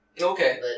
Okay